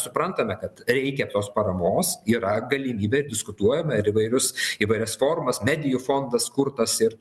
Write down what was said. suprantame kad reikia tos paramos yra galimybė diskutuojam ir įvairius įvairias formas medijų fondas kurtas ir